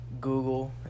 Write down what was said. Google